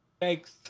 Thanks